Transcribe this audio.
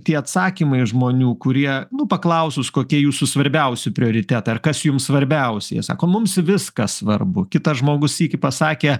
tie atsakymai žmonių kurie nu paklausus kokie jūsų svarbiausi prioritetai ar kas jums svarbiausia jie sako mums viskas svarbu kitas žmogus sykį pasakė